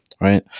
right